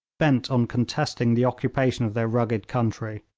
bent on contesting the occupation of their rugged country.